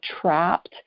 trapped